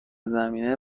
زمینه